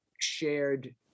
shared